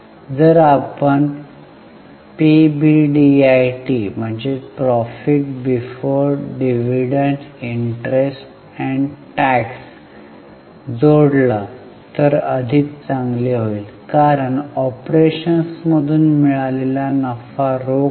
जर आपण पीबीडीआयटीला जोडले तर ते अधिक चांगले होईल कारण ऑपरेशन्समधून मिळालेला नफा रोख आहे